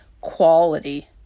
quality